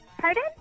Pardon